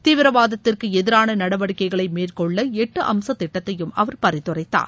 தீவிரவாதத்திற்கு எதிரான நடவடிக்கைகளை மேற்கொள்ள எட்டு அம்ச திட்டத்தையும் அவர் பரிந்துரைத்தார்